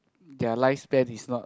their lifespan is not